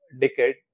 decade